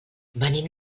venim